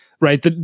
Right